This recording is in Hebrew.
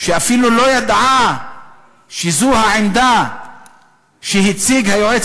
שאפילו לא ידעה שזו העמדה שהציג היועץ